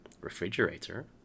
refrigerator